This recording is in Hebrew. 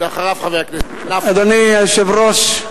אדוני היושב-ראש,